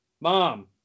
Mom